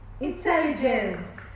Intelligence